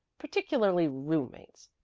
particularly roommates.